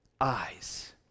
eyes